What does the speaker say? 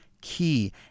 key